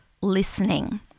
listening